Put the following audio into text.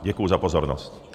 Děkuji za pozornost.